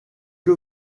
que